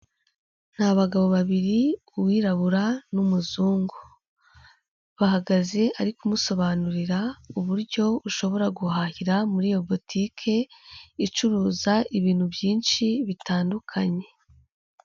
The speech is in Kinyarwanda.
Ni abagabo babiri, uwirabura n'umuzungu, bahagaze ari kumusobanurira uburyo ushobora guhahira muri iyo botike icuruza ibintu byinshi bitandukanye.